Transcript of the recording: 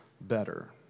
better